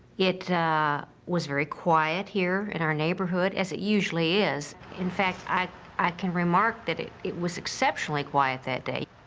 it was very quiet here in our neighborhood, as it usually is. in fact, i i can remark that it it was exceptionally quiet that day.